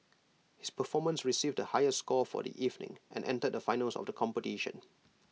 his performance received the highest score for the evening and entered the finals of the competition